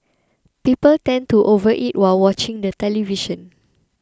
people tend to overeat while watching the television